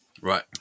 right